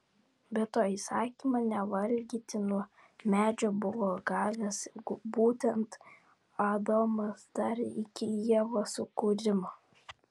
be to įsakymą nevalgyti nuo medžio buvo gavęs būtent adomas dar iki ievos sukūrimo